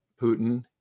Putin